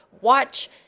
watch